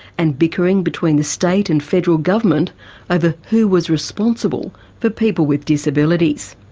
and bickering between the state and federal government over who was responsible for people with disabilities.